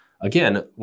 again